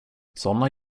såna